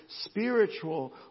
spiritual